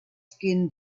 skin